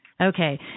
Okay